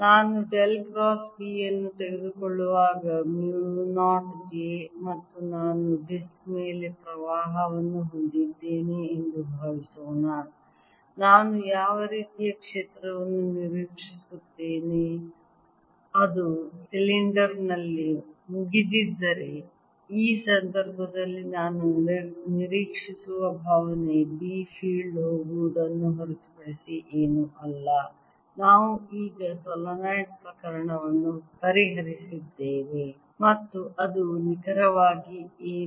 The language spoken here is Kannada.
ನಾನು ಡೆಲ್ ಕ್ರಾಸ್ B ಅನ್ನು ತೆಗೆದುಕೊಳ್ಳುವಾಗ ಮ್ಯೂ 0 j ಮತ್ತು ನಾನು ಡಿಸ್ಕ್ ಮೇಲೆ ಪ್ರವಾಹವನ್ನು ಹೊಂದಿದ್ದೇನೆ ಎಂದು ಭಾವಿಸೋಣ ನಾನು ಯಾವ ರೀತಿಯ ಕ್ಷೇತ್ರವನ್ನು ನಿರೀಕ್ಷಿಸುತ್ತೇನೆ ಅದು ಸಿಲಿಂಡರ್ ನಲ್ಲಿ ಮುಗಿದಿದ್ದರೆ ಈ ಸಂದರ್ಭದಲ್ಲಿ ನಾನು ನಿರೀಕ್ಷಿಸುವ ಭಾವನೆ B ಫೀಲ್ಡ್ ಹೋಗುವುದನ್ನು ಹೊರತುಪಡಿಸಿ ಏನೂ ಅಲ್ಲ ನಾವು ಈಗ ಸೊಲೆನಾಯ್ಡ್ ಪ್ರಕರಣವನ್ನು ಪರಿಹರಿಸಿದ್ದೇವೆ ಮತ್ತು ಅದು ನಿಖರವಾಗಿ ಏನು